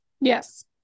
Yes